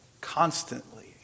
constantly